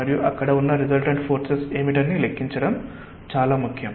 మరియు అక్కడ ఉన్న రిసల్టెంట్ ఫోర్సెస్ ఏమిటని లెక్కించడం చాలా ముఖ్యం